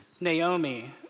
Naomi